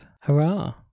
hurrah